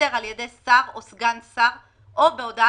שתימסר על-ידי שר או סגן שר או בהודעה